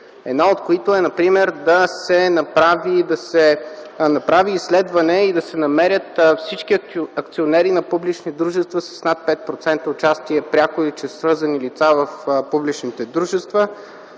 едно, от които е: да се направи изследване и да се намерят всички акционери на публични дружества с над 5% участие, пряко или чрез свързани лица в публичните дружества.